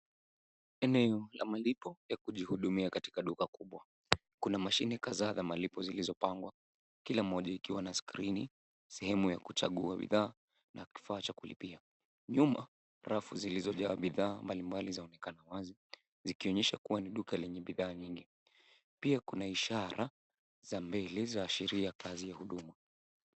Eneo ya malipo ya kujihudumia katika duka kubwa. Kuna mashine kadhaa za malipo zilizopangwa kila mmoja ikiwa na skrini, sehemu ya kuchagua bidhaa na kifaa cha kulipia. Nyuma, rafu zilizojaa bidhaa mbalimbali zaonekana wazi zikionyesha kuwa ni duka lenye bidhaa nyingi. Pia kuna ishara za mbele za sheria ya kazi ya huduma.